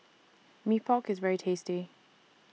Mee Pok IS very tasty